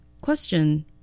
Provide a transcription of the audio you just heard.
Question